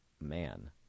man